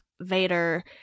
Vader